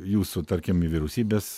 jūsų tarkim į vyriausybės